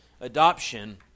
adoption